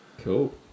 Cool